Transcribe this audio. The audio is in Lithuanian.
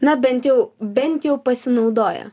na bent jau bent jau pasinaudojo